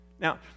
Now